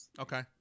Okay